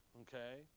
Okay